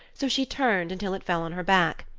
so she turned until it fell on her back.